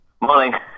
morning